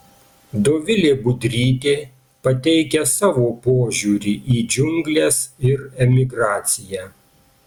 dovilė budrytė pateikia savo požiūrį į džiungles ir emigraciją